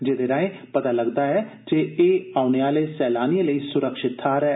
जेदे राए पता लगदा ऐ जे एह् औने आह्ले सैलानिए लेई सुरक्षित थाह्र ऐ